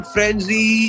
Frenzy